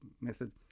method